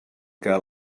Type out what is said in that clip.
què